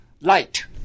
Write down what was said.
light